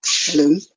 Hello